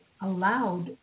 allowed